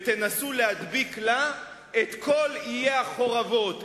ותנסו להדביק לה את כל עיי החורבות,